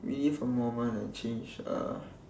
relive a moment and change uh